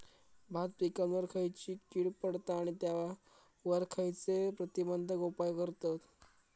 भात पिकांवर खैयची कीड पडता आणि त्यावर खैयचे प्रतिबंधक उपाय करतत?